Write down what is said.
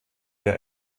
der